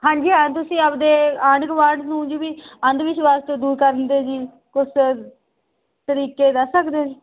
ਹਾਂਜੀ ਹਾਂ ਤੁਸੀਂ ਆਪਦੇ ਆਂਢ ਗਵਾਂਢ ਨੂੰ ਜਿਵੇਂ ਅੰਧ ਵਿਸ਼ਵਾਸ ਤੋਂ ਦੂਰ ਕਰਨ ਦੇ ਜੀ ਕੁਛ ਤਰੀਕੇ ਦੱਸ ਸਕਦੇ ਹੋ ਜੀ